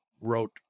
wrote